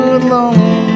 alone